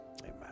amen